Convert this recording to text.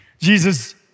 Jesus